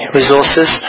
resources